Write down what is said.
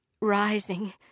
Rising